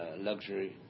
luxury